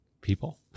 People